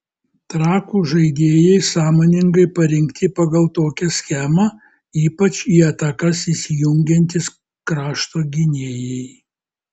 trakų žaidėjai sąmoningai parinkti pagal tokią schemą ypač į atakas įsijungiantys krašto gynėjai